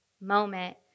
moment